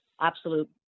absolute